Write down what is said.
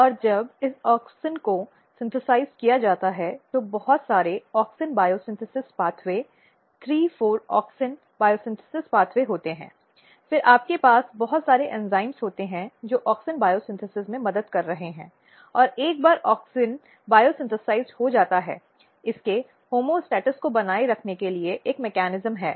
और जब इस ऑक्सिन को संश्लेषित किया जाता है तो बहुत सारे ऑक्सिन बायोसिंथेसिस मार्ग 3 4 ऑक्सिन बायोसिंथेसिस मार्ग होते हैं फिर आपके पास बहुत सारे एंजाइम होते हैं जो ऑक्सिन बायोसिंथेसिस में मदद कर रहे हैं और एक बार ऑक्सिन बायोसिंथेसाइज्ड हो जाता है इसके होमोस्टैसिस को बनाए रखने के लिए एक मेकॅनिज्म है